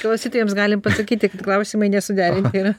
klausytojams galime pasakyti kad klausimai nesuderinti ir